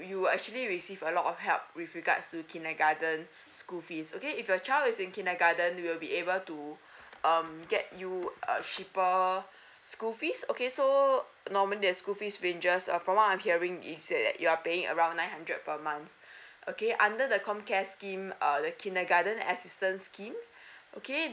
you actually receive a lot of help with regards to kindergarten school fees okay if your child is in kindergarten they will be able to um get you a cheaper school fees okay so normally the school fees ranges uh from what I'm hearing you said that you are paying around nine hundred per month okay under the com care scheme err the kindergarten assistance scheme okay